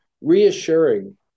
reassuring